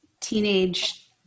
teenage